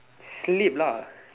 sleep lah